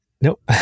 nope